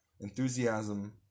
Enthusiasm